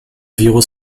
virus